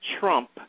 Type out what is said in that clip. trump